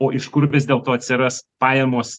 o iš kur vis dėlto atsiras pajamos